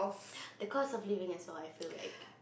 the cost of living as well I feel like